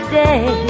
day